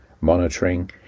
monitoring